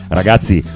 ragazzi